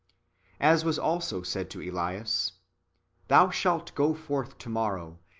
as was also said to elias thou shalt go forth to-morrow,